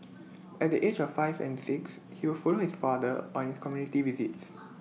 at the age of five or six he would follow his father on his community visits